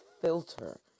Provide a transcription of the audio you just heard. filter